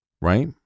right